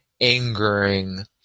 angering